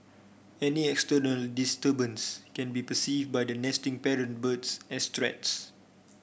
any external disturbance can be perceived by the nesting parent birds as threats